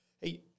hey